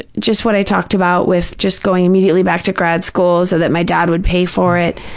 just what i talked about with just going immediately back to grad school so that my dad would pay for it,